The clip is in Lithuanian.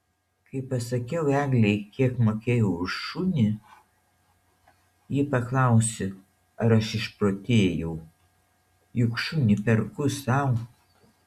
kai pasakiau eglei kiek mokėjau už šunį ji paklausė ar aš išprotėjau juk šunį perku sau